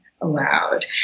allowed